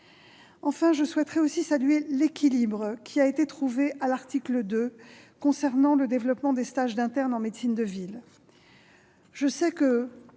terrain. Je souhaiterais aussi saluer l'équilibre qui a été trouvé à l'article 2 concernant le développement des stages d'internes en médecine de ville.